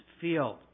field